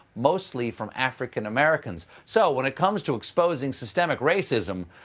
mostly from african americans. so when it comes to exposing systemic racism,